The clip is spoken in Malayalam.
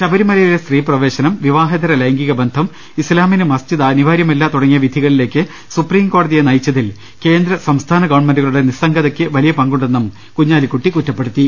ശബരിമലയിലെ സ്ത്രീ പ്രവേശനം വിവാഹേതര ലൈംഗിക ബന്ധം ഇസ്ലാമി ന് മസ്ജിദ് അനിവാര്യമല്ല തുടങ്ങിയ വിധികളിലേക്ക് സുപ്രിം കോടതിയെ നയിച്ച തിൽ കേന്ദ്ര സംസ്ഥാന ഗവൺമെന്റുകളുടെ നിസ്സംഗതക്ക് വലിയ പങ്കുണ്ടെന്നും കുഞ്ഞാലിക്കുട്ടി പറഞ്ഞു